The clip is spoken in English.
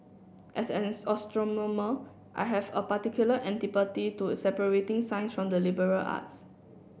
as an astronomer I have a particular antipathy to separating science from the liberal arts